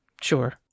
sure